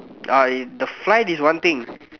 uh the flight is one thing